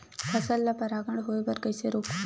फसल ल परागण होय बर कइसे रोकहु?